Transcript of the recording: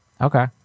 okay